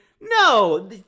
no